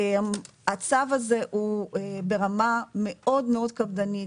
הצו הזה הוא ברמה מאוד קפדנית,